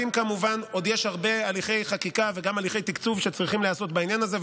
עוד יש הרבה הליכי חקיקה וגם הליכי תקצוב שצריכים להיעשות בעניין הזה,